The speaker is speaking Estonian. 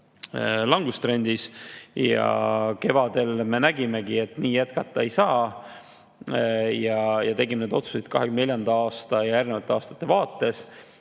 langustrendis. Kevadel me nägimegi, et nii jätkata ei saa, ja tegime need otsused 2024. aasta ja järgnevate aastate vaates.